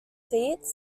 seats